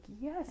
yes